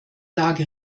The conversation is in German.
lage